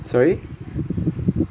sorry